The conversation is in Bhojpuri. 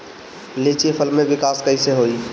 लीची फल में विकास कइसे होई?